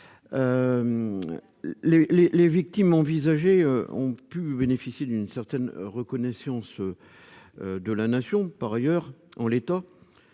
Les victimes en question ont déjà pu bénéficier d'une certaine reconnaissance de la Nation. Par ailleurs, en l'état,